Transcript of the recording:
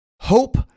hope